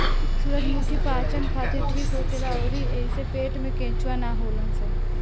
सूरजमुखी पाचन खातिर ठीक होखेला अउरी एइसे पेट में केचुआ ना होलन सन